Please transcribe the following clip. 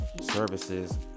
Services